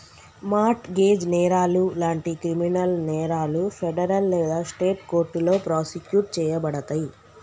mart gauge నేరాలు లాంటి criminal నేరాలు ఫెడరల్ లేదా స్టేట్ కోర్టులో ప్రాసిక్యూట్ చేయబడతయి